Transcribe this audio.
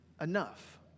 enough